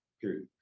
period